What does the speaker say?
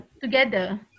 together